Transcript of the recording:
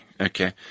okay